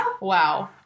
Wow